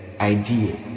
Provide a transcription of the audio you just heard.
idea